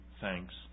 thanks